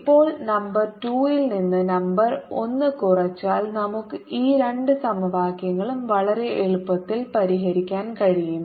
ഇപ്പോൾ നമ്പർ 2 ൽ നിന്ന് നമ്പർ 1 കുറച്ചാൽ നമുക്ക് ഈ 2 സമവാക്യങ്ങളും വളരെ എളുപ്പത്തിൽ പരിഹരിക്കാൻ കഴിയും